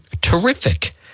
terrific